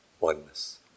oneness